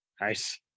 nice